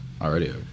already